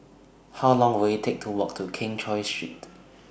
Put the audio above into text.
How Long Will IT Take to Walk to Keng Cheow Street